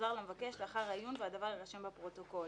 יוחזר למבקש לאחר העיון והדבר יירשם בפרוטוקול.